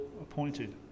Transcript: appointed